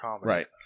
right